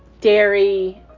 dairy